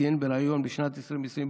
ציין בריאיון בשנת 2020,